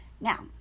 Now